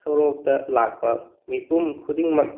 ꯁꯣꯔꯣꯛꯇ ꯂꯥꯛꯄ ꯃꯤꯄꯨꯝ ꯈꯨꯗꯤꯡꯃꯛ